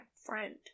friend